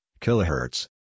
kilohertz